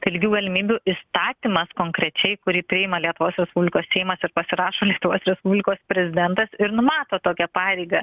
lygių galimybių įstatymas konkrečiai kurį priima lietuvos respublikos seimas ar pasirašo lietuvos respublikos prezidentas ir numato tokią pareigą